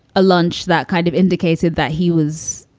a lunch that kind of indicated that he was,